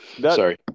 Sorry